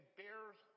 bears